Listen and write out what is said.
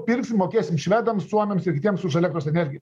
pirksim mokėsim švedams suomiams ir kitiems už elektros energiją